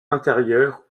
intérieurs